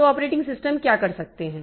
तो operating system क्या कर सकते हैं